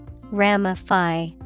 Ramify